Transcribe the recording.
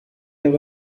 have